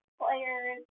players